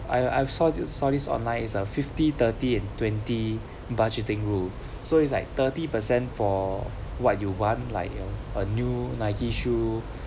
I I've saw this saw this online is a fifty thirty and twenty budgeting rules so it's like thirty percent for what you want like a new nike shoes